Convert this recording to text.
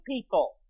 people